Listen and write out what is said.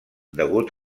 degut